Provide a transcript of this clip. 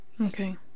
Okay